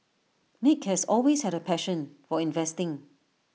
nick has always had A passion for investing